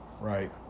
Right